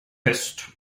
fest